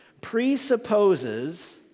presupposes